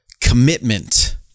commitment